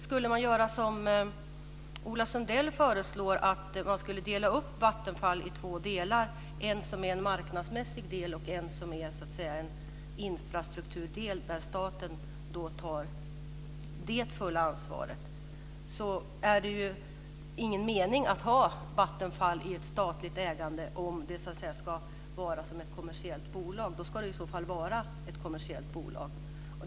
Skulle man göra som Ola Sundell föreslår, att man skulle dela upp Vattenfall i en marknadsmässig del och en infrastrukturdel där staten tar det fulla ansvaret, är det ingen mening med att staten ska äga Vattenfall om det ska drivas som ett kommersiellt bolag. I så fall ska det vara ett kommersiellt bolag.